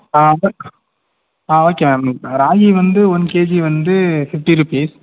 ஆ okay ஆ okay ma'am ragi வந்து one kg வந்து ஃபிஃப்டி ருபீஸ்